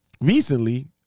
recently